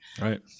Right